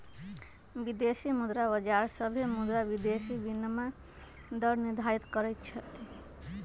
विदेशी मुद्रा बाजार सभे मुद्रा विदेशी विनिमय दर निर्धारित करई छई